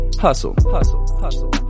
hustle